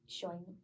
showing